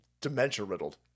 dementia-riddled